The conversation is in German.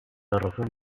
daraufhin